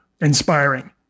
inspiring